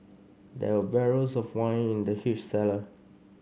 there were barrels of wine in the huge cellar